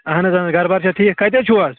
اَہَن حظ اہَن حظ گَرٕ بار چھا ٹھیٖک کَتہِ حظ چھُو آز